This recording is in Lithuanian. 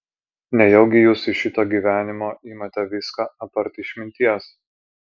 nejaugi jūs iš šito gyvenimo imate viską apart išminties